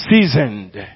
seasoned